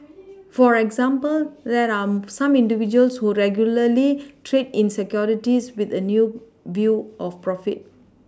for example there are some individuals who regularly trade in Securities with a new view to profit